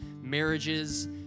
marriages